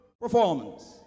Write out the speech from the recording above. performance